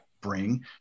bring